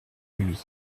lui